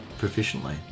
proficiently